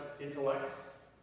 intellects